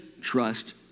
trust